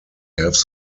have